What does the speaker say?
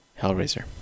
Hellraiser